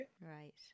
Right